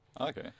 Okay